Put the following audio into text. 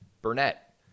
Burnett